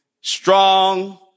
Strong